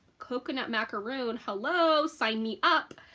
coconut macaroon? hello? sign me up!